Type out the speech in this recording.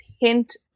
hint